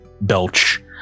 belch